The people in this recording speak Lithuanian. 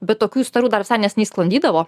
bet tokių istorijų dar visai neseniai sklandydavo